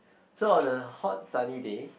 so on a hot sunny day